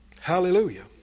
Hallelujah